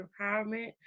empowerment